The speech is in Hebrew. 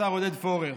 השר עודד פורר,